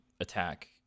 attack